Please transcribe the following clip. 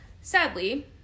sadly